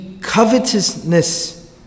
covetousness